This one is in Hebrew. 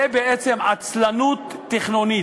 זו בעצם עצלנות תכנונית.